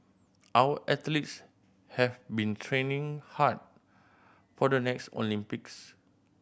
our athletes have been training hard for the next Olympics